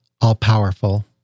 all-powerful